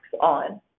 on